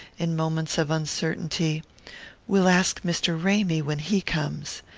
in moments of uncertainty we'll ask mr. ramy when he comes,